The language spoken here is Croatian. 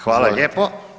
Hvala lijepo.